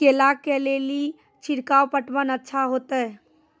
केला के ले ली छिड़काव पटवन अच्छा होते?